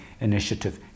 initiative